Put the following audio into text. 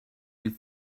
you